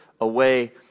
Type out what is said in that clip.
away